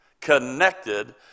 connected